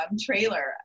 trailer